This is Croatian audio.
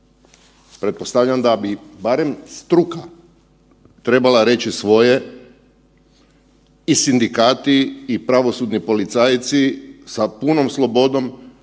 Pretpostavljam da bi barem struka trebala reći svoje i sindikati i pravosudni policajci sa punom slobodom